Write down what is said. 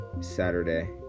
Saturday